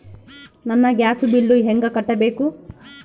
ನನ್ನ gas bill ಹೆಂಗ ಕಟ್ಟಬೇಕು?